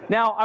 Now